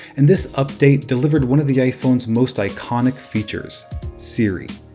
and this update delivered one of the iphone's most iconic features siri.